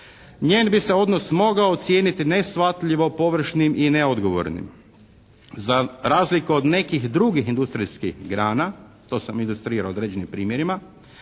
njen bi se odnos mogao ocijeniti neshvatljivo pogrešnim i neodgovornim za razliku od nekih drugih industrijskih grana, to sam ilustrirao određenim primjerima,